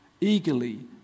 Eagerly